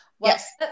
Yes